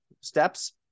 steps